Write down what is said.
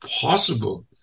Possible